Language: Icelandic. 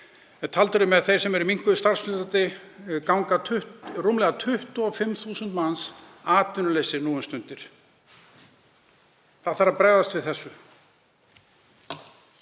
eru með þeir sem eru í minnkuðu starfshlutfalli, ganga rúmlega 25.000 manns atvinnulausir nú um stundir. Það þarf að bregðast við þessu.